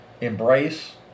Embrace